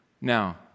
now